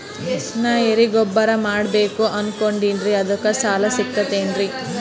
ನಾ ಎರಿಗೊಬ್ಬರ ಮಾಡಬೇಕು ಅನಕೊಂಡಿನ್ರಿ ಅದಕ ಸಾಲಾ ಸಿಗ್ತದೇನ್ರಿ?